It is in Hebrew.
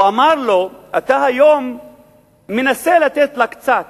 הוא אמר לו: אתה היום מנסה לתת לה קצת